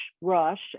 Rush